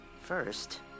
First